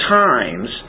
times